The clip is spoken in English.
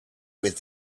with